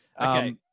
Okay